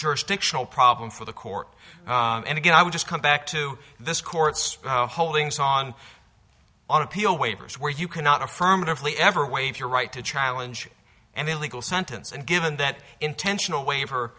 jurisdictional problem for the court and again i would just come back to this court's holdings on on appeal waivers where you cannot affirmatively ever waive your right to challenge and a legal sentence and given that intentional wa